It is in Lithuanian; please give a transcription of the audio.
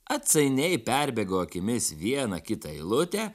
atsainiai perbėgo akimis vieną kitą eilutę